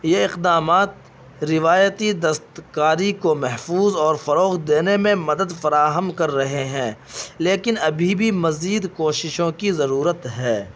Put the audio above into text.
یہ اقدامات روایتی دستکاری کو محفوظ اور فروغ دینے میں مدد فراہم کر رہے ہیں لیکن ابھی بھی مزید کوششوں کی ضرورت ہے